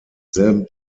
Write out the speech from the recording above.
selben